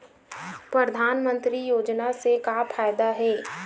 परधानमंतरी योजना से का फ़ायदा हे?